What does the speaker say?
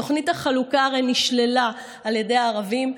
תוכנית החלוקה הרי נשללה על ידי הערבים,